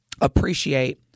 appreciate